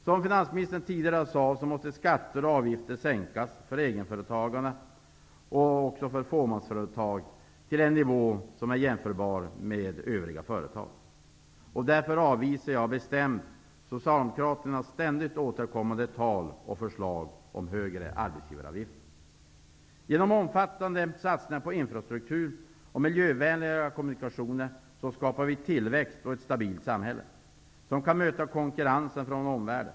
Som finansministern tidigare sade, måste skatter och avgifter sänkas för egenföretagare och fåmansföretag till en med övriga företag likvärdig nivå. Därför avvisar jag bestämt Socialdemokraternas ständigt återkommande tal och förslag om högre arbetsgivaravgifter. Genom omfattande satsningar på infrastruktur och miljövänliga kommunikationer skapar vi tillväxt och ett stabilt samhälle som kan möta konkurrensen från omvärlden.